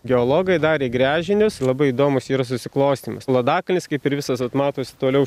geologai darė gręžinius labai įdomūs yra susiklostymas ladakalnis kaip ir visas vat matosi toliau